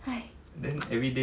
!hais!